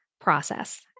process